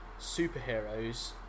superheroes